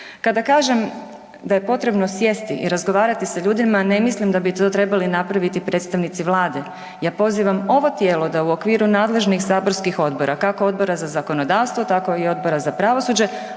Kada kažem da je potrebno sjesti i razgovarati sa ljudima ne mislim da bi to trebali napraviti predstavnici vlade. Ja pozivam ovo tijelo da u okviru nadležnih saborskih odbora, kako Odbora za zakonodavstvo, tako i Odbora za pravosuđe,